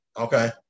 Okay